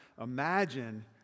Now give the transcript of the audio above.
imagine